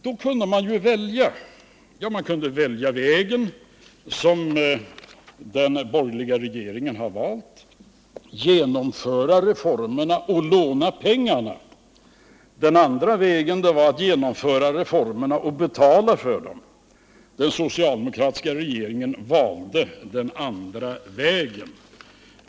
Då kunde man välja den väg som den borgerliga regeringen nu har valt: genomföra reformerna och låna pengarna. Den andra vägen var att genomföra reformerna och betala för dem. Den socialdemokratiska regeringen valde den senare vägen.